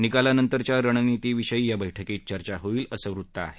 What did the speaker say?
निकालानंतरच्या रणनितीविषयी या बैठकीत चर्चा होईल असं वृत्त आहे